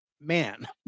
man